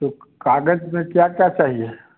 एक कागज में क्या क्या चाहिये